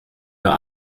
der